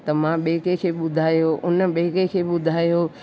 त मां ॿिए कंहिंखे ॿुधायो उन ॿिए कंहिंखे ॿुधायो